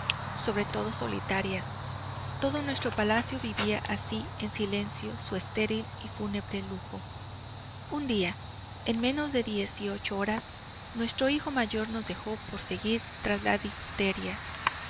sobre todo solitarias todo nuestro palacio vivía así en silencio su estéril y fúnebre lujo un día en menos de diez y ocho horas nuestro hijo mayor nos dejó por seguir